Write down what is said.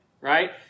right